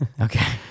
Okay